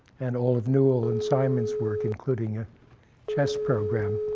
and all of newell and simon's work, including a chess program,